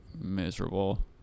miserable